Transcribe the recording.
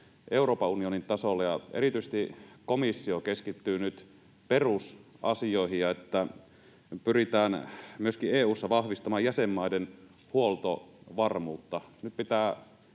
Euroopan unionin tasolla ja erityisesti komissio keskittyy nyt perusasioihin, ja että pyritään myöskin EU:ssa vahvistamaan jäsenmaiden huoltovarmuutta.